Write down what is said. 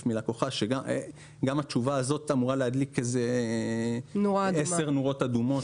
מלקוחה וגם התשובה הזאת אמורה להדליק 10 נורות אדומות